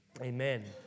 Amen